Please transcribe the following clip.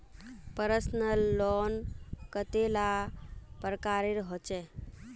Personal loan कतेला प्रकारेर होचे?